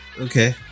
Okay